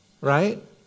Right